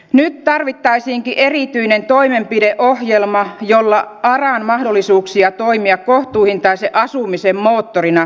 nyt tarvittaisiinkin erityinen toimenpideohjelma jolla aran mahdollisuuksia toimia kohtuuhintaisen asumisen moottorina kehitettäisiin